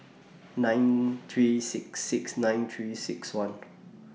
nine three six six nine three six one